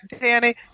Danny